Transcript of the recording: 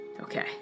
Okay